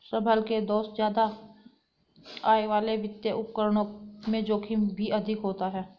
संभल के दोस्त ज्यादा आय वाले वित्तीय उपकरणों में जोखिम भी अधिक होता है